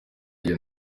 iyo